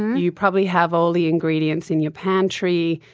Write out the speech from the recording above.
you probably have all the ingredients in your pantry,